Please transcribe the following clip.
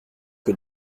que